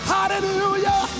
Hallelujah